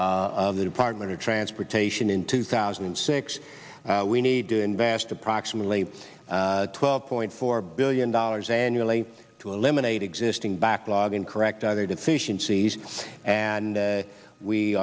of the department of transportation in two thousand and six we need to invest approximately twelve point four billion dollars annually to eliminate existing backlog and correct other deficiencies and